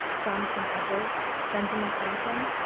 jonathan edwards, benjamin franklin,